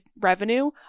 revenue